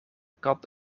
kat